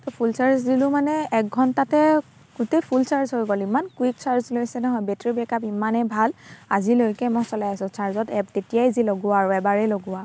ত' full charge দিলোঁ মানে এঘণ্টাতে গোটেই ফুল চাৰ্জ হৈ গ'ল ইমান কুইক চাৰ্জ লৈছে নহয় বেটেৰী বেক আপ ইমানে ভাল আজিলৈকে মই চলাই আছোঁ চাৰ্জত এপ তেতিয়াই যি লগোৱা আৰু এবাৰেই লগোৱা